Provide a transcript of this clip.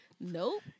Nope